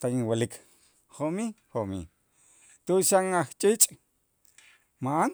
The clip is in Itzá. tan inwa'lik jo'mij, jo'mij tu'ux xan ajch'iich' ma'an